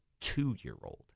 two-year-old